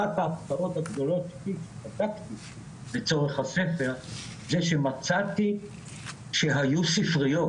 אחת ההפתעות הגדולות שבדקתי לצורך הספר זה שמצאתי שהיו ספריות,